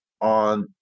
on